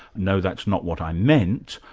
no, that's not what i meant,